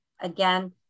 again